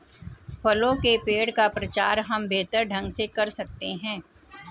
फलों के पेड़ का प्रचार हम बेहतर ढंग से कर सकते हैं